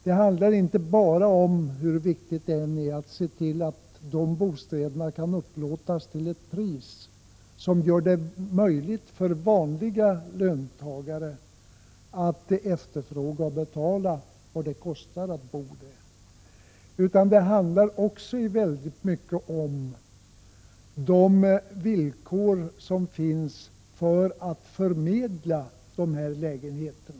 Hur viktigt det än är så handlar denna fråga inte heller bara om att dessa bostäder kan upplåtas till ett pris som gör det möjligt för vanliga löntagare att efterfråga och betala vad det kostar att bo, utan det handlar väldigt mycket om de villkor som gäller för att förmedla dessa lägenheter.